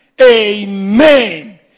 Amen